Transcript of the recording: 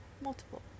multiple